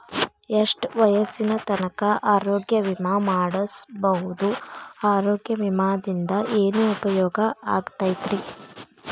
ಎಷ್ಟ ವಯಸ್ಸಿನ ತನಕ ಆರೋಗ್ಯ ವಿಮಾ ಮಾಡಸಬಹುದು ಆರೋಗ್ಯ ವಿಮಾದಿಂದ ಏನು ಉಪಯೋಗ ಆಗತೈತ್ರಿ?